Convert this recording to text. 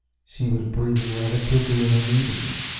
she was breathing rather quickly and unevenly,